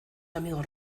amigos